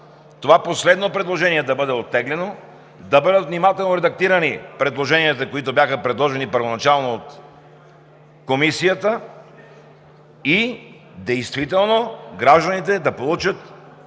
последното предложение да бъде оттеглено, да бъдат внимателно редактирани предложенията, които бяха предложени първоначално от Комисията, и действително гражданите да получат